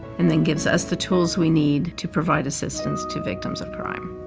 and then gives us the tools we need to provide assistance to victims of crime.